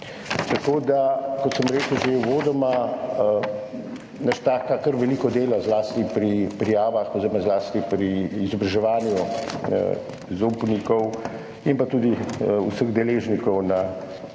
zakonu. Kot sem rekel že uvodoma, nas čaka kar veliko dela, zlasti pri prijavah oziroma zlasti pri izobraževanju zaupnikov in tudi vseh deležnikov na tem